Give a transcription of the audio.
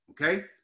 okay